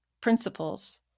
principles